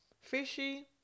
fishy